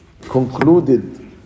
concluded